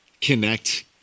connect